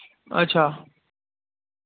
अच्छा